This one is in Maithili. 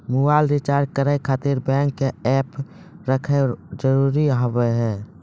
मोबाइल रिचार्ज करे खातिर बैंक के ऐप रखे जरूरी हाव है?